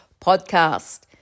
Podcast